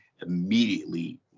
immediately